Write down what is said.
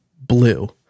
blue